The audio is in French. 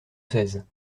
seize